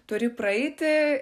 turi praeiti